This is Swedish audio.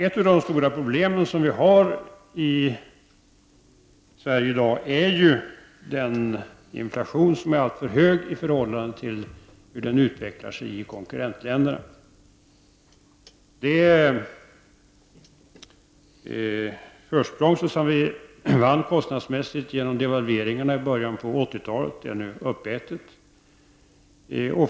Ett av de stora problem som vi har i Sverige i dag är inflationen, som är alltför hög i förhållande till den i konkurrentländerna. Det kostnadsmässiga försprång som vi vann genom devalveringarna i början av 1980-talet är nu uppätet.